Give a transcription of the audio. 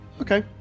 Okay